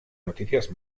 noticias